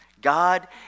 God